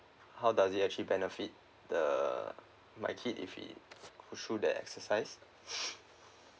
how does it actually benefit the my kid if he go through the exercise